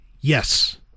Yes